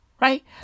Right